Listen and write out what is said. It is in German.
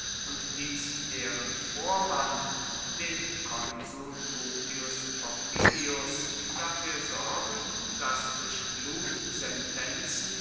und ließ deren vormann den konsul publius popillius dafür sorgen daß durch